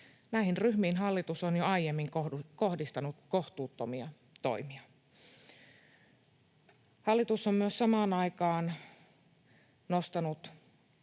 Näihin ryhmiin hallitus on jo aiemmin kohdistanut kohtuuttomia toimia. Hallitus on myös samaan aikaan nostanut